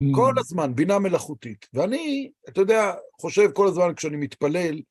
כל הזמן, בינה מלאכותית, ואני, אתה יודע, חושב כל הזמן כשאני מתפלל,